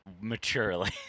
maturely